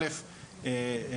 א',